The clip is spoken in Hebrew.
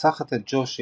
רוצחת את ג'ושי,